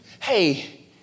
Hey